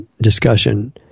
discussion